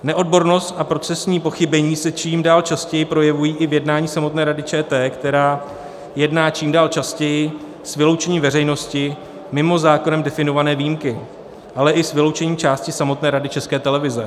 Neodbornost a procesní pochybení se čím dál častěji projevují i v jednání samotné Rady ČT, která jedná čím dál častěji s vyloučením veřejnosti, mimo zákonem definované výjimky, ale i s vyloučením části samotné Rady České televize.